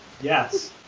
Yes